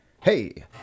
Hey